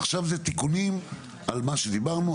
עכשיו זה תיקונים על מה שדיברנו,